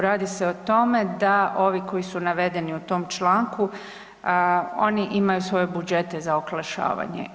Radi se o tome da ovi koji su navedeni u tom članku oni imaju svoje budžete za oglašavanje.